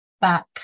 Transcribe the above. back